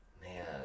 Man